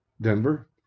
Denver